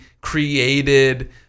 created